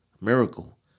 miracle